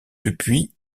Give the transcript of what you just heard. depuis